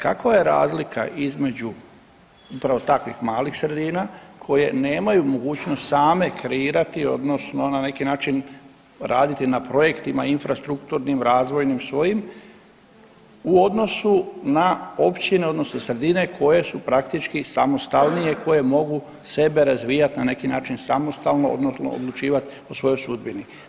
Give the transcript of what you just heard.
Kava je razlika između upravo takvih malih sredina koje nemaju mogućnost same kreirati odnosno na neki način raditi na projektima infrastrukturnim, razvojnim svojim u odnosu na općine odnosno sredine koje su praktički samostalnije i koje mogu sebe razvijati na neki način samostalno odnosno odlučivati o svojoj sudbini?